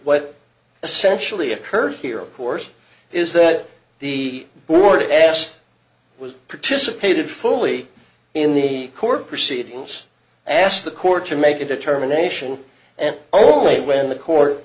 what essentially occurred here of course is that the board asked was participated fully in the court proceedings asked the court to make a determination and only when the court